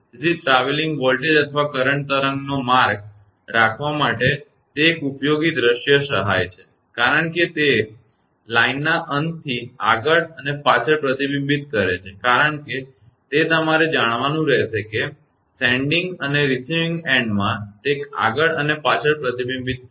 તેથી travelling voltage અથવા current તરંગનો માર્ગ રાખવા માટે તે એક ઉપયોગી દ્રશ્ય સહાય છે કારણ કે તે લાઇનના અંતથી આગળ અને પાછળ પ્રતિબિંબિત કરે છે કારણ કે તે તમારે જાણવાનું રેહશે કે સેન્ડીંગ અને રિસીવીંગ એન્ડમાં તે આગળ અને પાછળ પ્રતિબિંબિત થશે